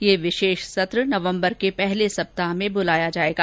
यह विशेष सत्र नवंबर के पहले सप्ताह में बुलाया जाएगा